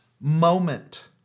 moment